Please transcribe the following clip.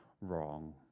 wrong